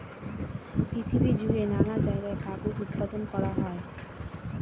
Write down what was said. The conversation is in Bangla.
পৃথিবী জুড়ে নানা জায়গায় কাগজ উৎপাদন করা হয়